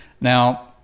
Now-